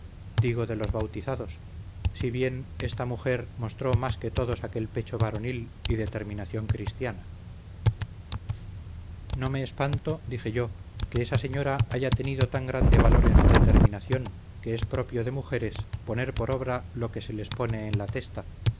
digo de los bautizados si bien esta mujer mostró más que todos aquel pecho varonil y determinación cristiana no me espanto dije yo que esa señora haya tenido tan grande valor en su determinación que es propio de mujeres poner por obra lo que se les pone en la testa